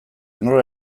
nola